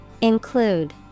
Include